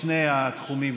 בשני התחומים,